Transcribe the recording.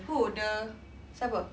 who the siapa